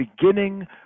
beginning